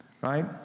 Right